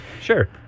Sure